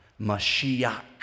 Mashiach